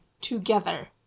together